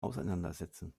auseinandersetzen